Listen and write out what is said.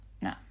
no